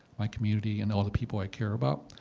my community, and all the people i care about.